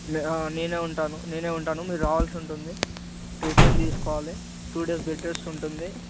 నేను ఉంటాను నేను ఉంటాను మీరు రావాల్సి ఉంటుంది ట్రీట్మెంట్ తీసుకోవాలి టూ డేస్ బెడ్ రెస్ట్ ఉంటుంది